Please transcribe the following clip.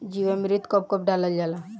जीवामृत कब कब डालल जाला?